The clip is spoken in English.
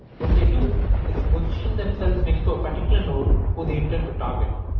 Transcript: what they do is position themselves next to a particular node who they intend to target.